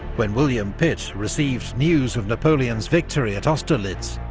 when william pitt received news of napoleon's victory at austerlitz,